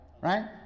right